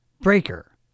Breaker